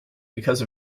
because